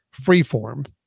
Freeform